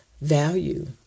value